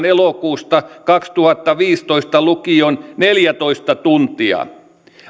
elokuusta kaksituhattaviisitoista lukien neljätoista tuntia